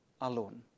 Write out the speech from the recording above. alone